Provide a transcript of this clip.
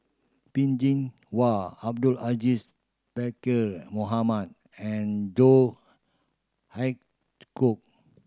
Peh Chin Hua Abdul Aziz Pakkeer Mohamed and John Hitchcock